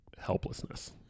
helplessness